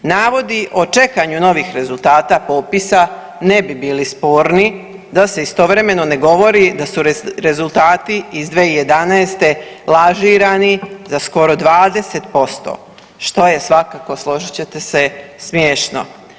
Navodi o čekanju novih rezultata popisa ne bi bili sporni da se istovremeno ne govori da su rezultati iz 2011. lažirani za skoro 20%, što je svakako, složit ćete se, smiješno.